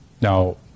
Now